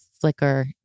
flicker